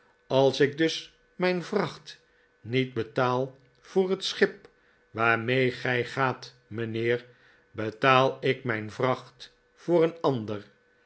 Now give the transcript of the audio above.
als ik dus mijn vracht niet betaal voor het schip waarmee gij gaat mijnheer betaal ik mijn vracht voor een ander